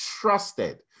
trusted